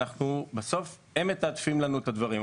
בסוף הם מתעדפים לנו את הדברים.